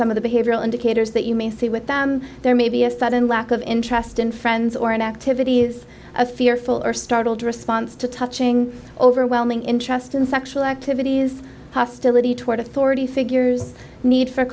some of behavioral indicators that you may see with them there may be a sudden lack of interest in friends or in activities a fearful or startled response to touching overwhelming interest in sexual activities hostility toward authority figures need for